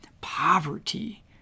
Poverty